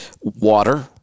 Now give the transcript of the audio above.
Water